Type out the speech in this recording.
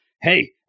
Hey